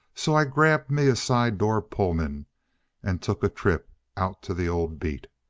so i grabbed me a side-door pullman and took a trip out to the old beat.